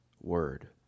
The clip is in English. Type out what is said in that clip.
word